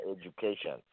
education